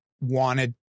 wanted